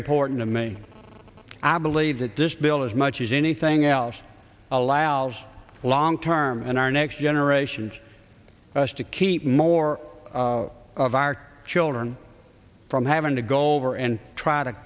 important to me i believe that this bill as much as anything else allows long term and our next generations of us to keep more of our children from having to go over and try to